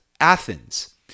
Athens